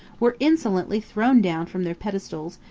were insolently thrown down from their pedestals,